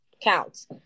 counts